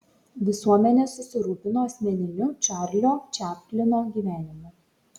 visuomenė susirūpino asmeniniu čarlio čaplino gyvenimu